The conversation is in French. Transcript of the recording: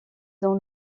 dans